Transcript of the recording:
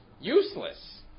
Useless